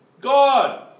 God